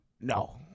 no